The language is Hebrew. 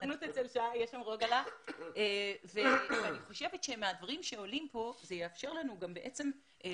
אני חושבת שמהדברים שעולים כאן זה יאפשר לנו לעלות